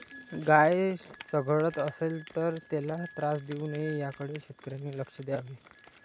गाय चघळत असेल तर त्याला त्रास देऊ नये याकडे शेतकऱ्यांनी लक्ष द्यावे